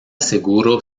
seguro